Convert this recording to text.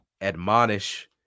admonish